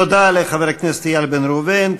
תודה לחבר הכנסת איל בן ראובן.